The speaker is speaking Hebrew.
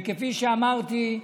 וכפי שאמרתי,